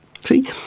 See